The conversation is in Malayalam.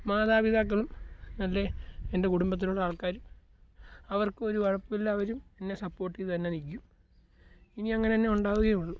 മാതാപിതാക്കളും എൻ്റെ എൻ്റെ കുടുംബത്തിലുള്ള ആൾക്കാരും അവർക്ക് ഒരു കുഴപ്പമില്ല അവരും എന്നെ സപ്പോർട്ട് ചെയ്തു തന്നെ നിൽക്കും ഇനി അങ്ങനെ തന്നെ ഉണ്ടാകുകയുള്ളു